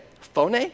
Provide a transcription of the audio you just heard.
Phone